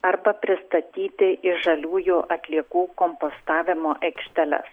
arba pristatyti į žaliųjų atliekų kompostavimo aikšteles